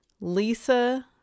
Lisa